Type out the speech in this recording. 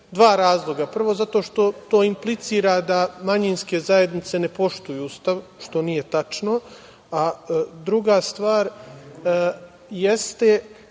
dva razloga. Prvo, zato što to implicira da manjinske zajednice ne poštuju Ustav, što nije tačno. Druga stvar jeste